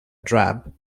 drab